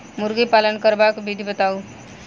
मुर्गी पालन करबाक विधि बताऊ?